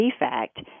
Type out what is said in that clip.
defect